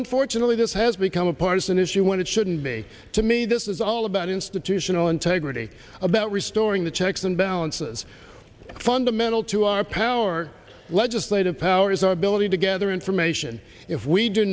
unfortunately this has become a partisan issue when it shouldn't be to me this is all about institutional integrity about restoring the checks and balances fundamental to our power our legislative power is our ability to gather information if we do